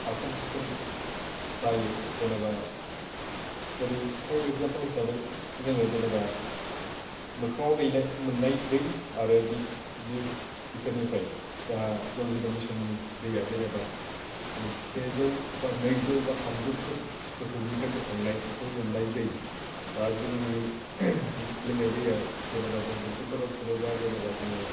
साखोन सिखोन जायो जेनेबा जेरै एगजाम्पोल हिसाबै जोङो जेनेबा मोखांआव मोननाय दै आरो भिथोरनिफ्राय जा जल जिब'न मिसननि दैआ जेनेबा सेजौ बा नैजौ बा थामजौ फुट गोथौनिफ्राय बोखांनानै मोननाय दै दा जोंनि लोंनाय दैया जेनेबा जों दखलफोराव खुरोबा जेनेबा जोङो